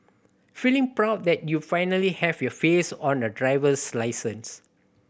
feeling proud that you finally have your face on a driver's license